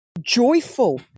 joyful